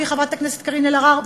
חברתי חברת הכנסת קארין אלהרר,